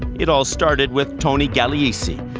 it all started with tony gagliese.